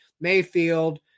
Mayfield